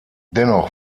dennoch